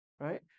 right